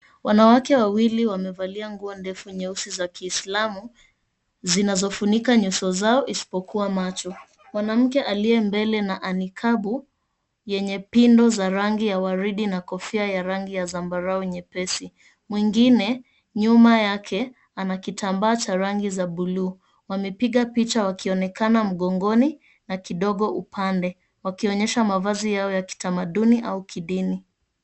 Wanawake wawili wamevalia nguo ndefu nyeusi za Kiislamu zinazofunika nyuso zao isipokuwa macho. Mwanamke aliye mbele na anikavu yenye pindu za rangi ya waridi na kofia ya rangi ya zambarao nyepesi. Mwingine nyuma yake anakitambaa cha rangi za blu wamepiga picha wakionekana mgongoni na kidogo upande wakionyesha mavazi yao ya kitamaduni au kidini.